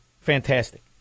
fantastic